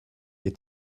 est